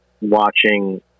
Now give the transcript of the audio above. watching